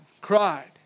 cried